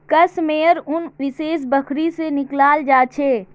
कश मेयर उन विशेष बकरी से निकलाल जा छे